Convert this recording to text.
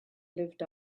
lived